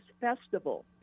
Festival